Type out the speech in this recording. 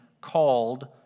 called